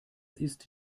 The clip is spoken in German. ist